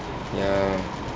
ya